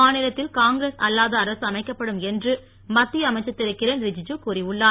மாநிலத்தில் காங்கிரஸ் அல்லாத அரசு அமைக்கப்படும் என்று மத்திய அமைச்சர் திருகிரண் ரிஜிஜு கூறியுள்ளார்